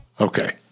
Okay